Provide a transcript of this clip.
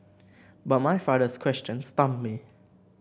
but my father's question stumped me